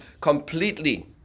completely